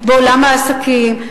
בעולם העסקים,